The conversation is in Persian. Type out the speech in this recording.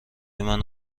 منو